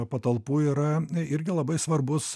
patalpų yra irgi labai svarbus